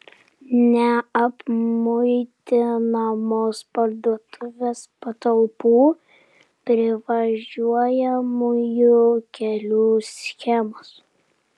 neapmuitinamos parduotuvės patalpų privažiuojamųjų kelių schemos